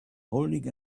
holding